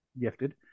gifted